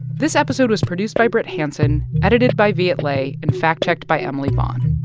this episode was produced by brit hanson, edited by viet le and fact-checked by emily vaughn.